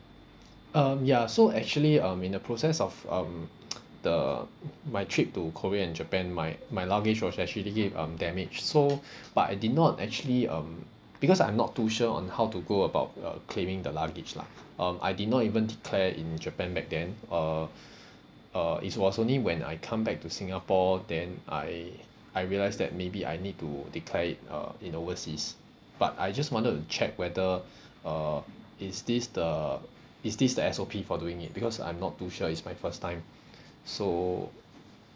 um ya so actually um in the process of um the my trip to korea and japan my my luggage was actually um damage so but I did not actually um because I'm not too sure on how to go about uh claiming the luggage lah um I did not even declare in japan back then uh uh it's was only when I come back to singapore then I I realised that maybe I need to declare it uh in overseas but I just wanted to check whether uh is this the is this the S_O_P for doing it because I'm not too sure it's my first time so